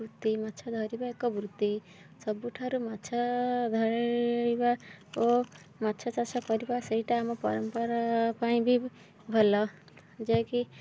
ବୃତ୍ତି ମାଛ ଧରିବା ଏକ ବୃତ୍ତି ସବୁଠାରୁ ମାଛ ଧରିବା ଓ ମାଛ ଚାଷ କରିବା ସେଇଟା ଆମ ପରମ୍ପରା ପାଇଁ ବି ଭଲ ଯାହାକି